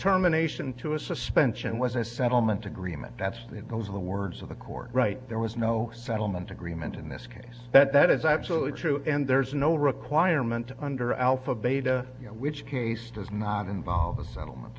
terminations to a suspension was a settlement agreement that's that those are the words of the court right there was no settlement agreement in this case that that is absolutely true and there's no requirement under alpha beta which case does not involve a settlement